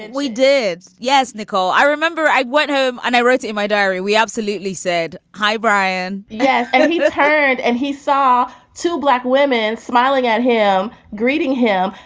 we did. yes. nicole, i remember i went home and i wrote in my diary. we absolutely said, hi, brian yes, i and he was heard and he saw two black women smiling at him, greeting him.